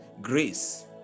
grace